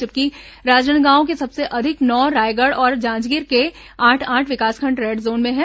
जबकि राजनांदगांव के सबसे अधिक नौ रायगढ़ और जांजगीर के आठ आठ विकासखंड रेड जोन में हैं